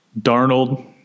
Darnold